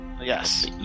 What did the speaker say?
Yes